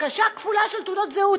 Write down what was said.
הרכשה כפולה של תעודות זהות.